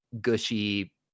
gushy